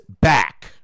Back